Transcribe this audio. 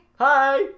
Hi